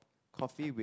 coffee with